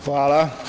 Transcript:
Hvala.